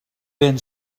been